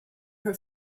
her